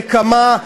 נקמה,